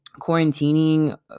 quarantining